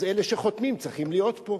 אז אלה שחותמים צריכים להיות פה,